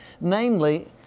namely